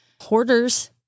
Hoarders